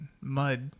Mud